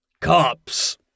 cops